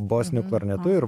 bosiniu klarnetu ir